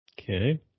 Okay